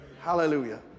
hallelujah